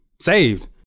saved